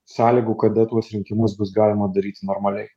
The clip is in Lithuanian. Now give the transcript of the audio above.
sąlygų kada tuos rinkimus bus galima daryti normaliai